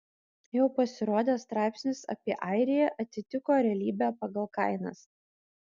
jau pasirodęs straipsnis apie airiją atitiko realybę pagal kainas